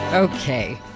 Okay